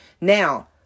Now